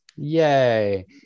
yay